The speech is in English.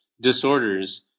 disorders